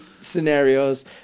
scenarios